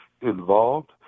involved